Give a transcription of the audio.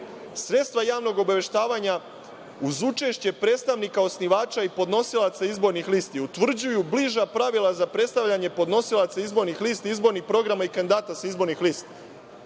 Sredstva javnog obaveštavanja, uz učešće predstavnika osnivača i podnosilaca izbornih listi utvrđuju bliža pravila za predstavljanje podnosilaca izbornih lista, izbornih programa i kandidata sa izbornih lista.